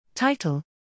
Title